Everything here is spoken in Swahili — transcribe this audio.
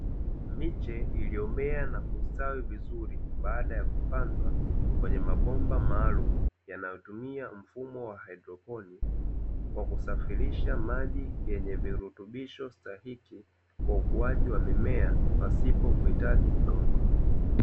Miche iliyomea na kustawi vizuri baada ya kupandwa kwenye mabomba maalumu, yanayotumia mfumo wa haidroponi kwa kusafirisha maji yenye virutubisho stahiki, kwa ukuaji wa mimea pasipo kuhitaji udongo.